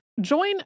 Join